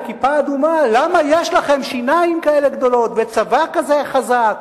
את כיפה אדומה: למה יש לכם שיניים כאלה גדולות וצבא כזה חזק,